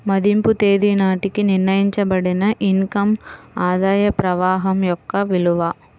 మదింపు తేదీ నాటికి నిర్ణయించబడిన ఇన్ కమ్ ఆదాయ ప్రవాహం యొక్క విలువ